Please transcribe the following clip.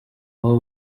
aho